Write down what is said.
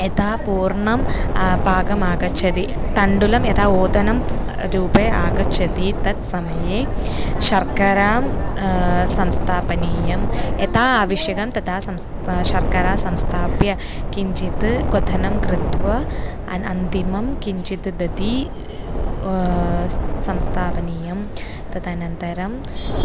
यदा पूर्णं पाकमागच्छति तण्डुलं यथा ओदनं रूपे आगच्छति तत् समये शर्करा संस्थापनीया यथा आवश्यकं तथा संस् शर्करा संस्थाप्य किञ्चित् क्वथनं कृत्वा अन् अन्तिमं किञ्चित् दधिः संस्थापनीयं तदनन्तरम्